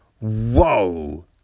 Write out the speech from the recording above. Whoa